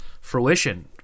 fruition